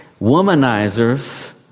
womanizers